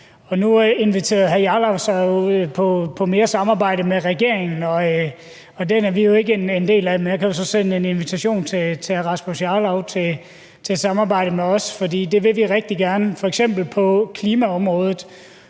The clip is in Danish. Og nu inviterede hr. Rasmus Jarlov så på mere samarbejde med regeringen, og den er vi jo ikke en del af, men jeg kan så sende en invitation til hr. Rasmus Jarlov til at samarbejde med os, for det vil vi rigtig gerne, f.eks. på klimaområdet,